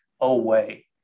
away